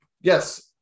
Yes